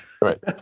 Right